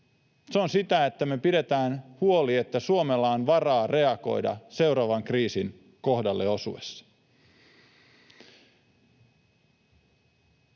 Se on sitä, että me pidetään huoli, että Suomella on varaa reagoida seuraavan kriisin kohdalle osuessa.